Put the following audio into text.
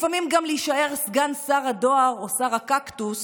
לפעמים גם להישאר סגן שר הדואר או שר הקקטוס